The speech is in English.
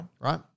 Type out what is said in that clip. right